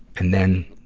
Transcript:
and then,